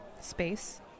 Space